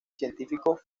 científicos